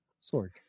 Sword